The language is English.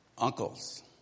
Uncles